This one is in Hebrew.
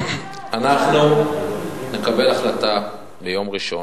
אנחנו נקבל החלטה בממשלה ביום ראשון,